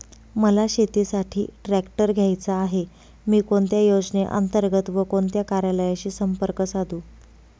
मला शेतीसाठी ट्रॅक्टर घ्यायचा आहे, मी कोणत्या योजने अंतर्गत व कोणत्या कार्यालयाशी संपर्क साधू?